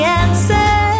answer